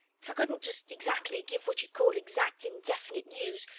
if i couldn't just exactly give what you'd call exact and definite news,